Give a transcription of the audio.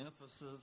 emphasis